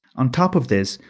on top of this,